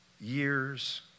years